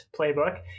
playbook